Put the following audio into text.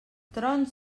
trons